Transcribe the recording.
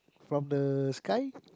from the sky